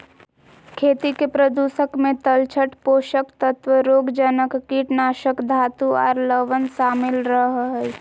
खेती के प्रदूषक मे तलछट, पोषक तत्व, रोगजनक, कीटनाशक, धातु आर लवण शामिल रह हई